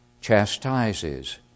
chastises